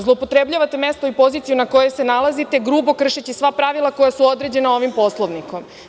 Zloupotrebljavate mesto i poziciju na kojoj se nalazite, grubo kršeći sva pravila koja su određena ovim Poslovnikom.